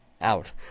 out